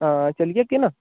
हां चली जाह्गे ना